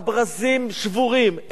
הברזים שבורים.